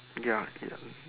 ya okay lah